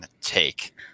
take